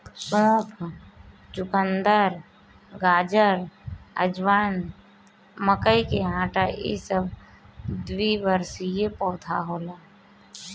सौंफ, चुकंदर, गाजर, अजवाइन, मकई के आटा इ सब द्विवर्षी पौधा होला